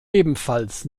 ebenfalls